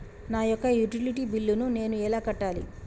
నా యొక్క utility bill నేను ఎలా కట్టాలి?